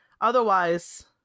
otherwise